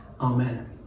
Amen